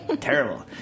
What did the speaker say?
Terrible